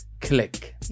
click